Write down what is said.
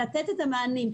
לתת את המענים.